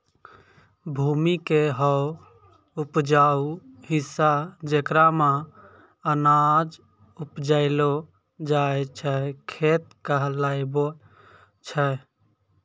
भूमि के हौ उपजाऊ हिस्सा जेकरा मॅ अनाज उपजैलो जाय छै खेत कहलावै छै